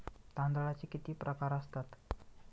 तांदळाचे किती प्रकार असतात?